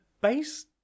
base